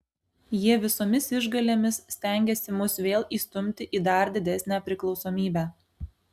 jie visomis išgalėmis stengiasi mus vėl įstumti į dar didesnę priklausomybę